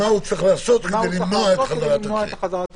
מה הוא צריך לעשות כדי למנוע את חזרת השיק.